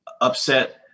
upset